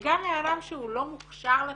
וגם בנאדם שהוא לא מוכשר לתפקיד,